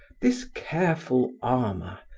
this careful armor,